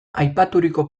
aipaturiko